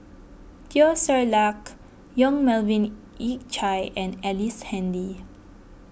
Teo Ser Luck Yong Melvin Yik Chye and Ellice Handy